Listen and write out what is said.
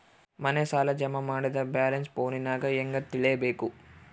ಮನೆ ಸಾಲ ಜಮಾ ಮಾಡಿದ ಬ್ಯಾಲೆನ್ಸ್ ಫೋನಿನಾಗ ಹೆಂಗ ತಿಳೇಬೇಕು?